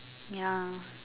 ya